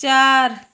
चार